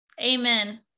Amen